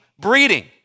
breeding